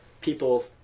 people